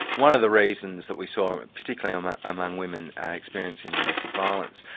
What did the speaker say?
one of the reasons that we saw, um particularly um ah among women experiencing domestic violence,